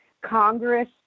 Congress